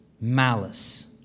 malice